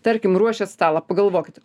tarkim ruošiant stalą pagalvokit